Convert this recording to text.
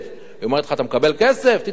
היא אומרת לך: אתה מקבל כסף, תתאמץ.